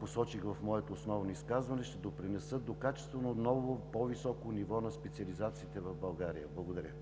посочих в моето изказване, ще допринесат до качествено ново по-високо ниво на специализациите в България. Благодаря.